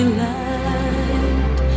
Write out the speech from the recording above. light